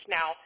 Now